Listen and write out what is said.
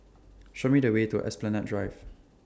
Show Me The Way to Esplanade Drive